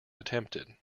attempted